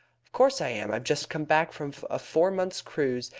of course i am. i've just come back from a four months' cruise,